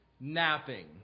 napping